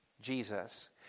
Jesus